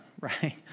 right